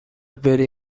بری